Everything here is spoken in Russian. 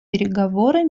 переговоры